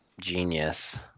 genius